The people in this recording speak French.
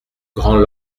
grand